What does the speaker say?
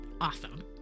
awesome